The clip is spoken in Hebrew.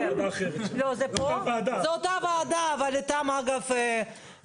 משרד החוץ, יכול להיות אתם גם יכולים לסייע